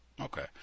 Okay